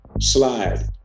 slide